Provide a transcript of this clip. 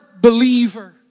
believer